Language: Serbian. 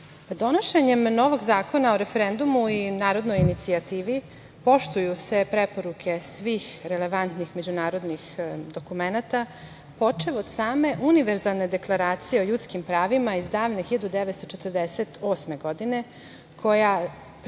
donošenjem novog Zakona o referendumu i narodnoj inicijativi, poštuju se preporuke svih relevantnih međunarodnih dokumenata, počev od same univerzalne Deklaracije o ljudskim pravima iz davne 1948. godine, koja prepoznaje